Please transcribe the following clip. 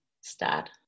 start